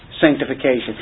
sanctification